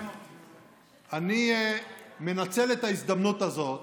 אני מנצל את ההזדמנות הזאת